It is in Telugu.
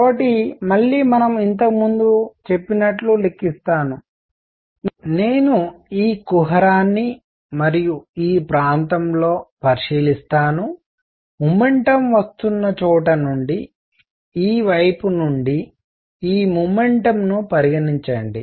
కాబట్టి మళ్ళీ మనం ఇంతకుముందు చేసినట్లు లెక్కిస్తాము నేను ఈ కుహరాన్ని మరియు ఈ ప్రాంతంలో పరిశీలిస్తాను మొమెంటం వస్తున్న చోట నుండి ఈ వైపు నుండి ఈ మొమెంటం ను పరిగణించండి